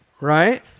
right